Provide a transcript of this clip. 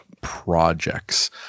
projects